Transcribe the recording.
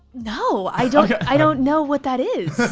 no, i don't yeah i don't know what that is.